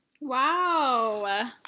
Wow